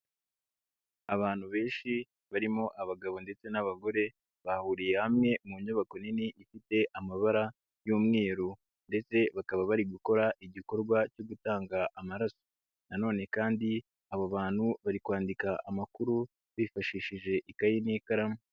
Abantu benshi barimo abagabo ndetse n'abagore bahuriye hamwe mu nyubako nini ifite amabara y'umweru ndetse bakaba bari gukora igikorwa cyo gutanga amaraso. Nanone kandi abo bantu bari kwandika amakuru bifashishije ikayi n'ikaramu.